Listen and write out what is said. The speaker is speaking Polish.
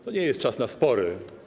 To nie jest czas na spory.